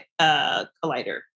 Collider